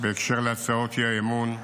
בקשר להצעות האי-אמון,